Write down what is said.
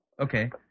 Okay